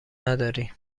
نداری